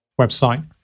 website